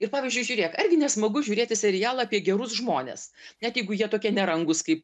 ir pavyzdžiui žiūrėk argi nesmagu žiūrėti serialą apie gerus žmones net jeigu jie tokie nerangūs kaip